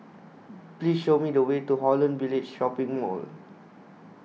Please Show Me The Way to Holland Village Shopping Mall